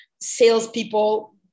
salespeople